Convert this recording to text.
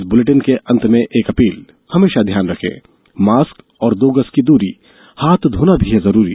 इस बुलेटिन के अंत में एक अपील हमेशा ध्यान रखें मास्क और दो गज की दूरी हाथ धोना भी है जरूरी